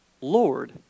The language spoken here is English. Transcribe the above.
Lord